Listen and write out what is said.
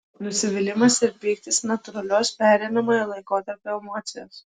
nusivylimas ir pyktis natūralios pereinamojo laikotarpio emocijos